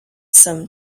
some